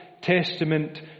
Testament